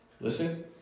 listen